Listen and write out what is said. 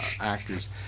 actors